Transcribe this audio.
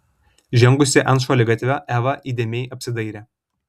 žengusi ant šaligatvio eva įdėmiai apsidairė